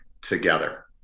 together